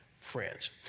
friends